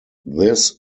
this